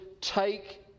take